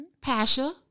Pasha